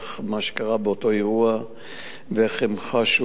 מה שקרה באותו אירוע ואיך הם חשו,